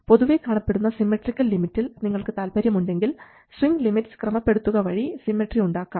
പൊതുവേ കാണപ്പെടുന്ന സിമ്മട്രിക്കൽ ലിമിറ്റിൽ നിങ്ങൾക്ക് താല്പര്യമുണ്ടെങ്കിൽ സ്വിംഗ് ലിമിറ്റ്സ് ക്രമപ്പെടുത്തുക വഴി സിമ്മട്രി ഉണ്ടാക്കാം